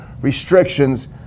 restrictions